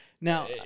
Now